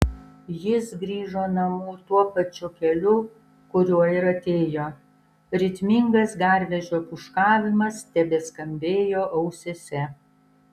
jis grįžo namo tuo pačiu keliu kuriuo ir atėjo ritmingas garvežio pūškavimas tebeskambėjo ausyse